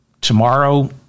Tomorrow